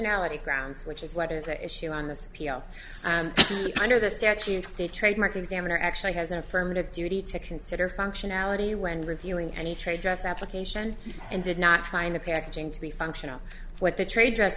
functionality grounds which is what is the issue on this appeal under the statute the trademark examiner actually has an affirmative duty to consider functionality when reviewing any trade dress application and did not find the packaging to be functional what the trade dress